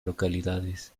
localidades